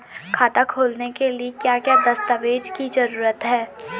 खाता खोलने के लिए क्या क्या दस्तावेज़ की जरूरत है?